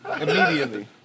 immediately